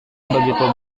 begitu